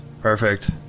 Perfect